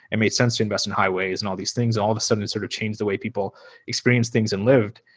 it made sense to invest in highways and all these things. and all of a sudden, it sort of changed the way people experience things and lived.